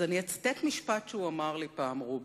אז אני אצטט משפט שהוא אמר לי פעם, רובי.